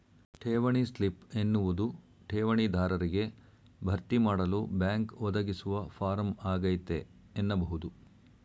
ಠೇವಣಿ ಸ್ಲಿಪ್ ಎನ್ನುವುದು ಠೇವಣಿ ದಾರರಿಗೆ ಭರ್ತಿಮಾಡಲು ಬ್ಯಾಂಕ್ ಒದಗಿಸುವ ಫಾರಂ ಆಗೈತೆ ಎನ್ನಬಹುದು